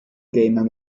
gamer